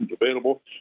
available